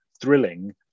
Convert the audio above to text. thrilling